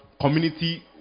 community